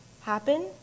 happen